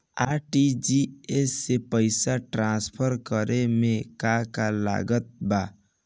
RTGS से पईसा transfer करे मे का का लागत बा?